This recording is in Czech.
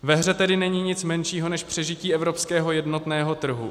Ve hře tedy není nic menšího než přežití evropského jednotného trhu.